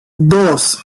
dos